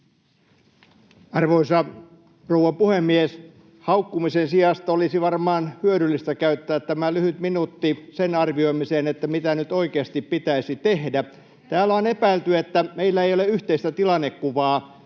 Arvoisa rouva puhemies! Haukkumisen sijasta olisi varmaan hyödyllistä käyttää tämä lyhyt minuutti sen arvioimiseen, mitä nyt oikeasti pitäisi tehdä. Täällä on epäilty, että meillä ei ole yhteistä tilannekuvaa.